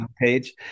page